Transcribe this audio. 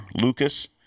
Lucas